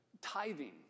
tithing